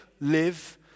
live